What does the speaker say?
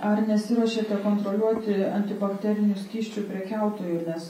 ar nesiruošiate kontroliuoti antibakterinių skysčių prekiautojų nes